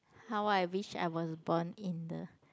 how I wish I was born in the